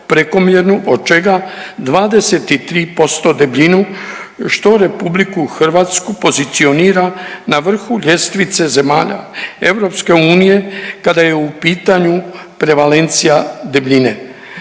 prekomjernu od čega 23% debljinu što RH pozicionira na vrhu ljestvice zemalja EU kada je u pitanju prevalencija debljine.